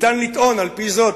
ניתן לטעון על-פי זאת,